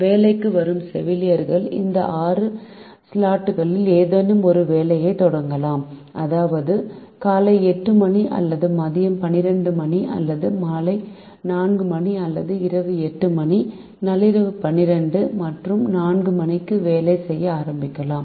வேலைக்கு வரும் செவிலியர்கள் இந்த 6 ஸ்லாட்டுகளில் ஏதேனும் ஒரு வேலையைத் தொடங்கலாம் அதாவது காலை 8 மணி அல்லது மதியம் 12 மணி அல்லது மாலை 4 மணி அல்லது இரவு 8 மணி 12 நள்ளிரவு மற்றும் 4 மணிக்கு வேலை செய்ய ஆரம்பிக்கலாம்